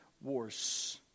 wars